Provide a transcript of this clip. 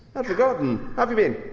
i'd forgotten. how've you been?